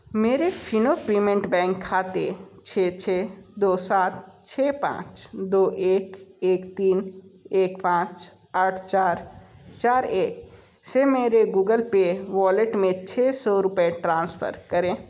मेरे Fino payment bank खाते छः छः दो सात छः पाँच दो एक एक तीन एक पाँच आठ चार चार एक से मेरे गूगल पे वॉलेट में छः सौ रुपये ट्रांसफर करें